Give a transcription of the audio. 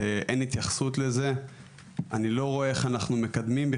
אין ספק שאנחנו רואים בשנים האחרונות,